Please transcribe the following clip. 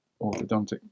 orthodontic